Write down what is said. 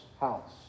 house